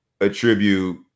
attribute